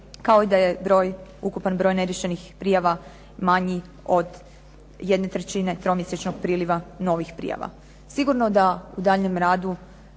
kao i da je ukupan broj neriješenih prijava manji od jedne trećine tromjesečnog priliva novih prijava. Sigurno da u daljnjem radu